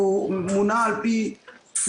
והוא מונע על פי תפוקות.